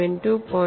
2 0